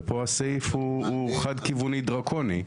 ופה הסעיף הוא חד-כיווני דרקוני,